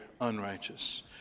unrighteous